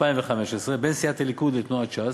2015 בין סיעת הליכוד לתנועת ש"ס,